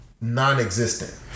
non-existent